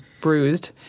bruised